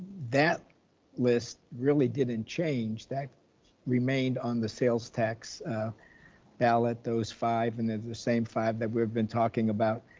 that list really didn't change that remained on the sales tax ballot, those five. and they're the same five that we've been talking about.